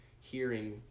hearing